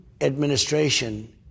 administration